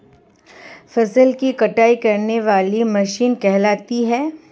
फसल की कटाई करने वाली मशीन कहलाती है?